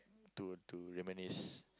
to to reminisce